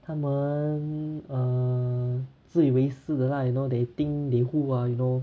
他们 err 自以为是的啦 you know they think they who ah you know